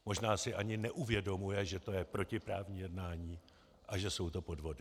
Možná si ani neuvědomuje, že to je protiprávní jednání a že to jsou podvody.